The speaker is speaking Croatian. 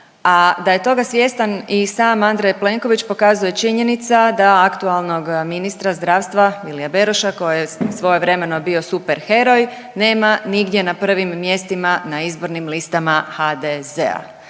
a da je toga svjestan i sam Andrej Plenković pokazuje činjenica da aktualnog ministra zdravstva Vilija Beroša koji je svojevremeno bio super heroj nema nigdje na prvim mjestima na izbornim listama HDZ-a.